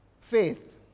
faith